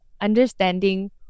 understanding